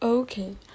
Okay